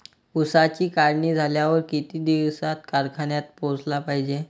ऊसाची काढणी झाल्यावर किती दिवसात कारखान्यात पोहोचला पायजे?